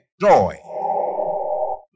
joy